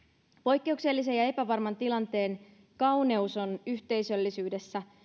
poikkeuksellisen ja epävarman tilanteen kauneus on yhteisöllisyydessä